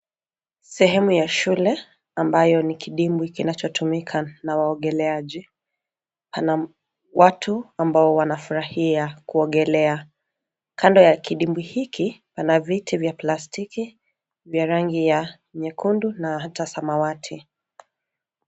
Sehemu ya shule ambayo ni kidimbwi kinachotumika na waogeleaji. Pana watu ambao wanafurahia kuogelea. Kando ya kidimbwi hiki pana viti vya plastiki vya rangi ya nyekundu na hata samawati.